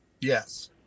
Yes